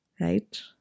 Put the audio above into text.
right